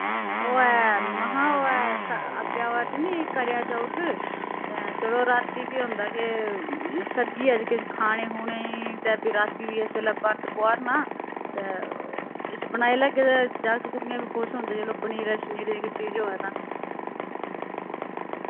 ओ ऐ महा ओ ऐ स अग्गै आवा दे नी कर्याचौथ तैं चलो राती फ्ही होंदा के सरगिये च किश खाने खुने ते फ्ही राती बी जिस बेल्लै बर्त तोआरना तै किश बनाई लैगे ते जाकत कुड़ियें बी खुश होंदे चलो पनीरे शनीरे किश चीज होए तां